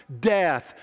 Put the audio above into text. death